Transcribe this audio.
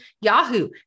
Yahoo